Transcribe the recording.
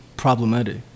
problematic